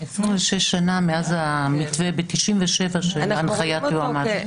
26 שנה מאז המתווה ב-1997 של הנחיית היועמ"ש.